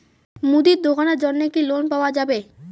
মুদি দোকানের জন্যে কি লোন পাওয়া যাবে?